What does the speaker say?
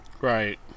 Right